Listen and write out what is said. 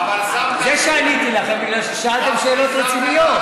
זה שעניתי לכם, בגלל ששאלתם שאלות רציניות.